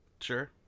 Sure